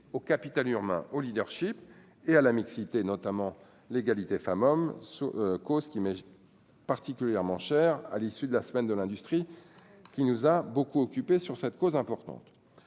au capital Hurme au Leadership et à la mixité, notamment l'égalité femmes-hommes se cause qui m'est particulièrement chère à l'issue de la semaine de l'industrie, qui nous a beaucoup occupé sur cette cause importante